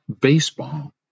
baseball